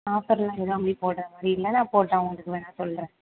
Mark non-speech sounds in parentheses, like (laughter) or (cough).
ஆஃபரெலாம் எதுவும் (unintelligible) போடுற மாதிரி இல்லை நான் போட்டால் உங்களுக்கு வேணால் சொல்கிறேன்